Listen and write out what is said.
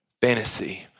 fantasy